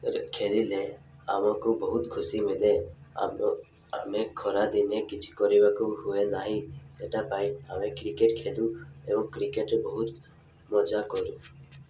ଖେଲିଲେ ଆମକୁ ବହୁତ ଖୁସି ମିଲେ ଆମ ଆମେ ଖରାଦିନେ କିଛି କରିବାକୁ ହୁଏ ନାହିଁ ସେଇଟା ପାଇଁ ଆମେ କ୍ରିକେଟ ଖେଲୁ ଏବଂ କ୍ରିକେଟ ବହୁତ ମଜା କରୁ